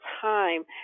time